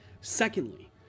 Secondly